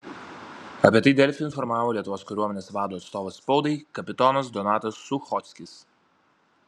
apie tai delfi informavo lietuvos kariuomenės vado atstovas spaudai kapitonas donatas suchockis